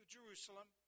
Jerusalem